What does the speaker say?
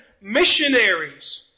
missionaries